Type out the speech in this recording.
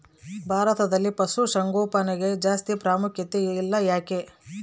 ಭಾರತದಲ್ಲಿ ಪಶುಸಾಂಗೋಪನೆಗೆ ಜಾಸ್ತಿ ಪ್ರಾಮುಖ್ಯತೆ ಇಲ್ಲ ಯಾಕೆ?